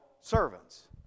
servants